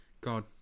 God